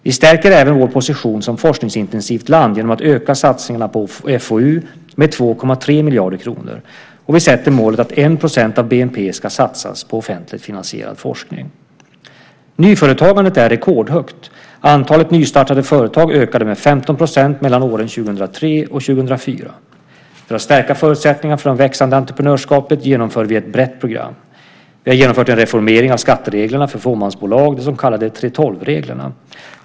Vi stärker även vår position som ett forskningsintensivt land genom att öka satsningarna på FoU med 2,3 miljarder kronor, och vi sätter målet att 1 % av bnp ska satsas på offentligt finansierad forskning. Nyföretagandet är rekordhögt. Antalet nystartade företag ökade med 15 % mellan åren 2003 och 2004. För att stärka förutsättningarna för det växande entreprenörskapet genomför vi ett brett program. Vi har genomfört en reformering av skattereglerna för fåmansbolag, de så kallade 3:12-reglerna.